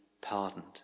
pardoned